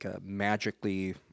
magically